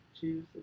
choose